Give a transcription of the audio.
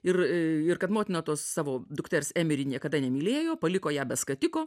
ir ir kad motina tos savo dukters emiri niekada nemylėjo paliko ją be skatiko